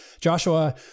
Joshua